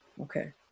Okay